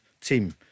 team